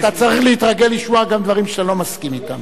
אתה צריך להתרגל לשמוע גם דברים שאתה לא מסכים אתם.